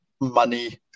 money